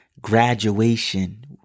graduation